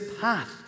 path